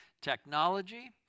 technology